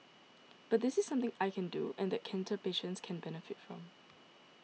but this is something I can do and that cancer patients can benefit from